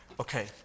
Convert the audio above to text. Okay